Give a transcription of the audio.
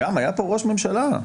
היה פה ראש ממשלה,